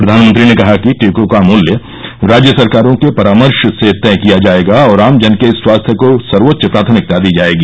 प्रधानमंत्री ने कहा कि टीकों का मूल्य राज्य सरकारों के परामर्श से तय किया जायेगा और आमजन के स्वास्थ्य को सर्वोच्च प्राथमिकता दी जायेगी